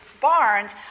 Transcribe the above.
barns